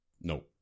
No